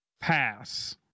pass